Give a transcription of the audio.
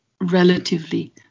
relatively